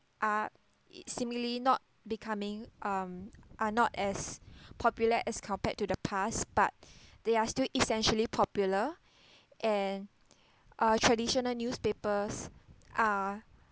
are similarly not becoming um are not as popular as compared to the past but they are still essentially popular and uh traditional newspapers are